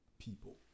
people